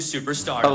superstar